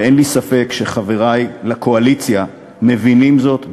אין לי ספק שחברי הקואליציה מבינים זאת,